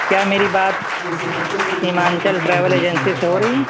کیا میری بات سیمانچل ٹریول ایجنسی سے ہو رہی ہے